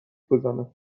بزنم